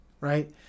right